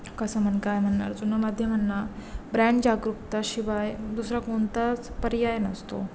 कसं म्हण काय म्हणणार जुनं माध्यमांना ब्रँड जागरूकता शिवाय दुसरा कोणताच पर्याय नसतो